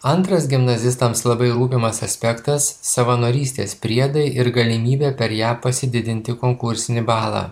antras gimnazistams labai rūpimas aspektas savanorystės priedai ir galimybė per ją pasididinti konkursinį balą